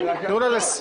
תנו לה לסיים.